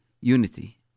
unity